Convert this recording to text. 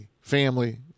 family